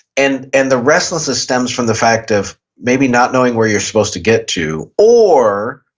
and and the restless is stems from the fact of maybe not knowing where you're supposed to get to. or